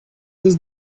his